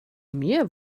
mir